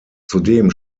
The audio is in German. zudem